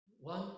One